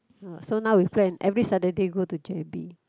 uh so now we plan every Saturday go to J_B